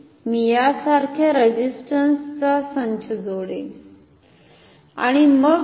मी यासारख्या रेझिस्टंस चा संच जोडेल आणि मग आता